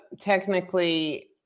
technically